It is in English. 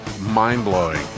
mind-blowing